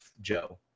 Joe